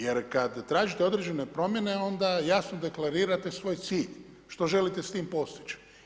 Jer kada tražite određene promjene onda jasno deklarirate svoj cilj što želite s tim postići.